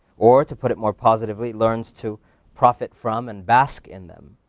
or to put it more positively, learns to profit from and bask in them,